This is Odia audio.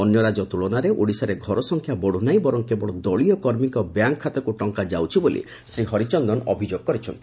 ଅନ୍ୟ ରାକ୍ୟ ତୁଳନାରେ ଓଡ଼ିଶାରେ ଘର ସଂଖ୍ୟା ବଢୁନାହିଁ ବରଂ କେବଳ ଦଳୀୟ କର୍ମୀଙ୍କ ବ୍ୟାଙ୍କ ଖାତାକୁ ଟଙ୍କା ଯାଉଛି ବୋଲି ଶ୍ରୀ ହରିଚନ୍ଦନ ଅଭିଯୋଗ କରିଛନ୍ତି